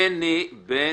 בני, בני,